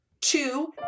Two